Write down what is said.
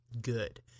good